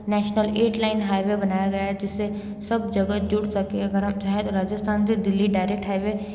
national eight lane highway बनाया गया है जिससे सब जगह जुड़ सके अगर हम चाहें तो राजस्थान से दिल्ली डायरेक्ट हाईवे